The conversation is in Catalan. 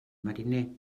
mariner